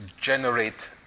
generate